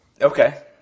Okay